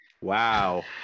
wow